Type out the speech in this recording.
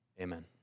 Amen